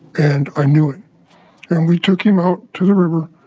and i knew it. and we took him out to the river,